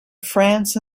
france